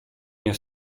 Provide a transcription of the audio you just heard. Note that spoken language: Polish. nie